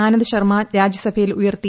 ആനന്ദ് ശർമ്മ രാജ്യസഭയിൽ ഉയർത്തി